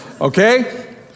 okay